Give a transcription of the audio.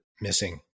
missing